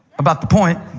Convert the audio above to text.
about the point.